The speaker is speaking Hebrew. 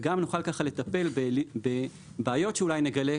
וגם נוכל לטפל בבעיות שאולי נגלה,